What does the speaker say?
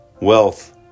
Wealth